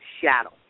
shadow